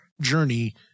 journey